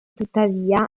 tuttavia